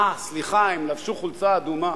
אה, סליחה, הם לבשו חולצה אדומה.